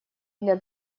для